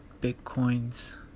Bitcoin's